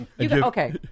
Okay